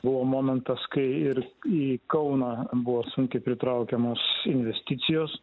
buvo momentas kai ir į kauną buvo sunkiai pritraukiamos investicijos